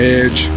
edge